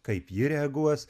kaip ji reaguos